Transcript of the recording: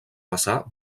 passar